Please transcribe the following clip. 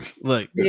Look